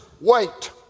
wait